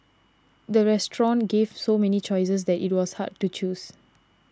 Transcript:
the restaurant gave so many choices that it was hard to choose